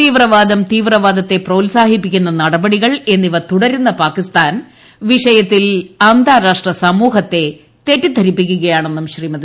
തീവ്രവാദം തീവ്വ്വാദത്തെ പ്രോത്സാഹി പ്പിക്കുന്ന നടപടികൾ എന്നിവ ത്യൂട്ടിരുന്ന പാകിസ്ഥാൻ വിഷയ ത്തിൽ അന്താരാഷ്ട്ര സമൂഹരിത്തു തെറ്റിദ്ധരിപ്പിക്കുകയാണെന്നും ശ്രീമതി